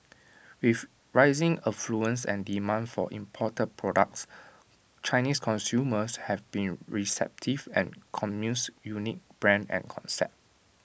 with rising affluence and demand for imported products Chinese consumers have been receptive to Commune's unique brand and concept